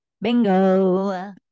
Bingo